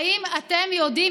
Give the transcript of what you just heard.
האם אתם יודעים,